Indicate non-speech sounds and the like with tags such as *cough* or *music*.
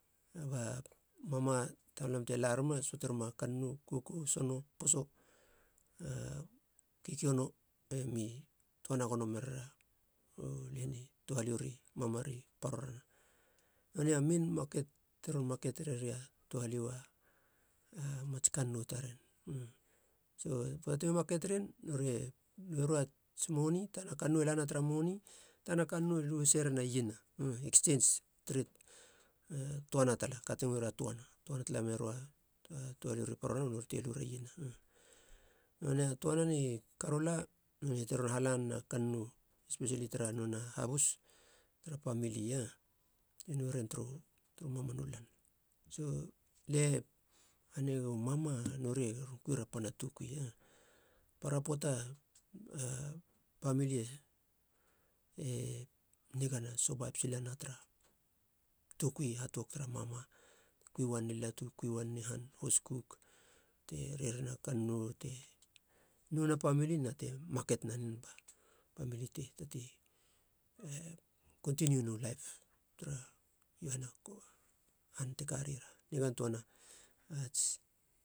Ba mama taralam te la ruma, söateruma kannou kokou sono poso a kikiono, emi töana gono merena u leni touhalio ri, mama ri paroran, nonei a mein maket te ron maket reria touhalio a mats *hesitation* kannou taren. So poata temi maket rien, nori e luerio ats moni, tana kannou e lana tara moni, tana kannou lu haseria iena, a eksenis tret, a töana tala, ka te ngoeri a toana. Toana tala meroua touhalio ri parorana ba nori te lura iena, nonei a toana ni karola. Nonei te ron hala nena kannou, espesili tara nona habus tara pamili *hesitation* e noeren turu mamanu lan. So lie u mama nori e ron kuira pana toukui. Para poata a pamili e nigana, sobaib silana tara toukui hat uok tara mama te kui uanen i latu te kui uanen i han hoskuk te rerina kannou te nouna pamili na te maket nanen ba pamili te tatei e kontiniuana laip tara iahana han te karien, nigana töana ats